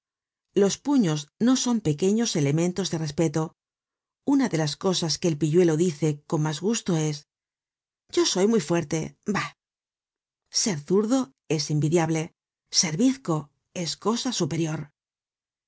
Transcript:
los puños no son pequeños elementos de respeto una de las cosas que el pilluelo dice con mas gusto es yo soy muy fuerte baht ser zurdo es envidiable ser vizco es cosa superior